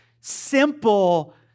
simple